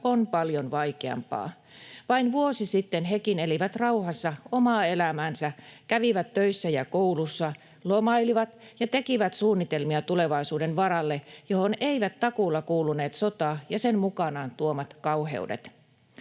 on paljon vaikeampaa. Vain vuosi sitten hekin elivät rauhassa omaa elämäänsä, kävivät töissä ja koulussa, lomailivat ja tekivät suunnitelmia tulevaisuuden varalle, johon eivät takuulla kuuluneet sota ja sen mukanaan tuomat kauheudet.